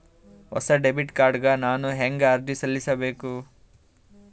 ಹೊಸ debit card ಗ ನಾನು ಹೆಂಗ ಅರ್ಜಿ ಸಲ್ಲಿಸಬೇಕು?